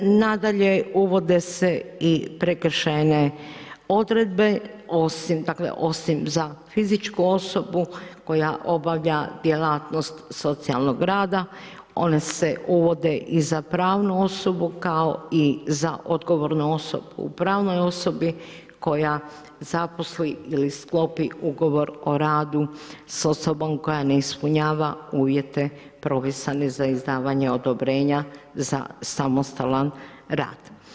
Nadalje, uvode se i prekršajne odredbe, osim za fizičku osobu, koja obavlja djelatnost socijalnog rada, one se uvode i za pravnu osobu, kao i za odgovornu osobu, u pravnoj osobi, koja zaposli ili sklopi ugovor o radu, s osobom koja ne ispunjava uvijete propisane za izdavanje odobrenja za samostalan rad.